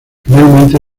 finalmente